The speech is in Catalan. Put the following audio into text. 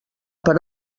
per